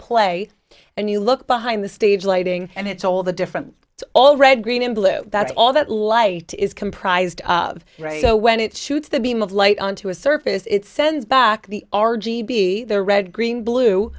play and you look behind the stage lighting and it's all the different it's all red green and blue that's all that light is comprised of right so when it shoots the beam of light onto a surface it sends back the r g b either red green blue